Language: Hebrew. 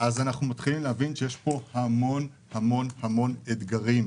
אז אנחנו מתחילים להבין שיש פה המון המון המון אתגרים.